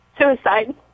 Suicide